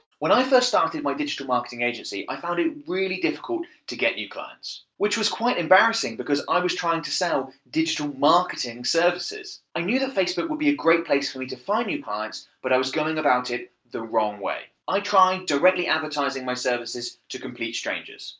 when i first started my digital marketing agency, i found it really difficult to get new clients, which was quite embarrassing because i was trying to sell digital marketing services. i knew that facebook would be a great place for me to find new clients, but i was going about it the wrong way. i tried directly advertising my services to complete strangers,